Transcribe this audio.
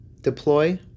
deploy